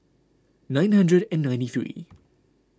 nine hundred and ninety three